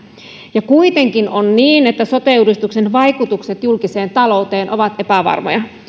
ja kuitenkin on niin että sote uudistuksen vaikutukset julkiseen talouteen ovat epävarmoja